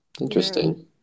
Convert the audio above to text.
Interesting